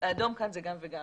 גם וגם.